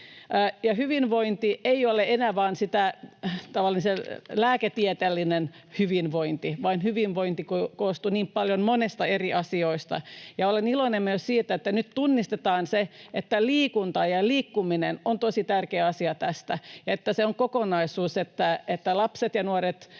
Hyvinvointi ei ole enää vain sitä tavallista lääketieteellistä hyvinvointia, vaan hyvinvointi koostuu hyvin monesta eri asiasta. Olen iloinen myös siitä, että nyt tunnistetaan se, että liikunta ja liikkuminen on tosi tärkeä asia ja että se on kokonaisuus — että lapset ja nuoret